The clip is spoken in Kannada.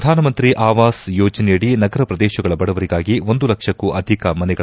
ಪ್ರಧಾನಮಂತ್ರಿ ಆವಾಸ್ ಯೋಜನೆಯಡಿ ನಗರ ಪ್ರದೇಶಗಳ ಬಡವರಿಗಾಗಿ ಒಂದು ಲಕ್ಷಕ್ಕೂ ಅಧಿಕ ಮನೆಗಳ